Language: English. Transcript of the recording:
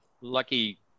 lucky